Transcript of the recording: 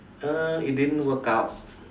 err it didn't work out